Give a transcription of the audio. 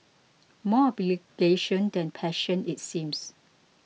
more obligation than passion it seems